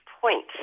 point